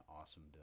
awesome